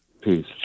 Peace